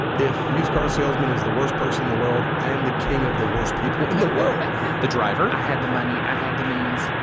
if a used-car salesman is the worst person in the world, i am the king of the worst people in the world the driver. i had the money. i had the means.